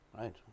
right